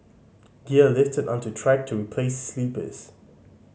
gear lifted unto track to replace sleepers